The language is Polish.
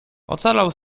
ocalał